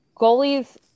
goalies